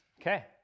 Okay